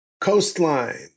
Coastline